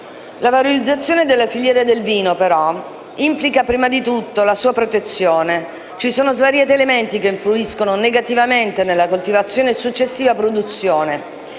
La valorizzazione della filiera del vino, però, implica, prima di tutto, la sua protezione. Ci sono svariati elementi che influiscono negativamente nella coltivazione e successiva produzione.